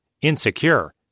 insecure